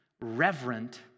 reverent